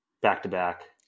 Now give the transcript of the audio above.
back-to-back